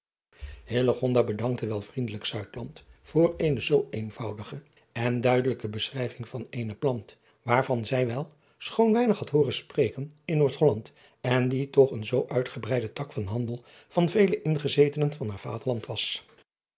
bedankte wel vriendelijk voor eene zoo eenvoudige en duidelijke beschrijving van eene plant waarvan zij wel schoon weinig had hooren spreken in oordholland en die toch een zoo uitgebreide tak van handel van vele ingezetenen van haar aderland was